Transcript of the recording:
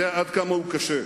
יודע עד כמה הוא קשה.